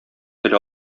тел